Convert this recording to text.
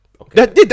okay